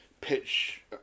pitch